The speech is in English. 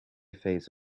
phase